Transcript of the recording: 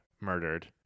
murdered